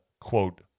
quote